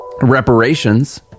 Reparations